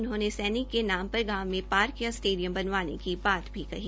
उन्होंने सैनिक के नाम पर गांव में पार्क या स्टेडियम बनवाने की बात भी कही